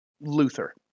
Luther